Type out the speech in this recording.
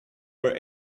are